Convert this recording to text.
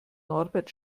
norbert